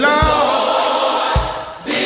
Lord